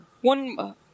one